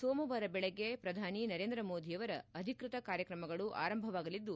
ಸೋಮವಾರ ಬೆಳಗ್ಗೆ ಪ್ರಧಾನಿ ನರೇಂದ್ರ ಮೋದಿಯವರ ಅಧಿಕೃತ ಕಾರ್ಯಕ್ರಮಗಳು ಆರಂಭವಾಗಲಿದ್ದು